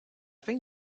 fin